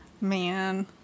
Man